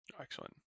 Excellent